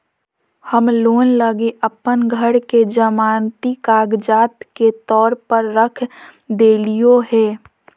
हम लोन लगी अप्पन घर के जमानती कागजात के तौर पर रख देलिओ हें